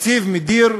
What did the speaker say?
התקציב מדיר,